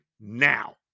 now